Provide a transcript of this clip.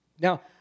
now